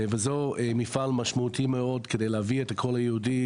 וזהו מפעל משמעותי מאוד כדי להביא את הקול היהודי.